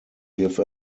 give